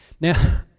Now